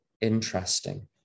interesting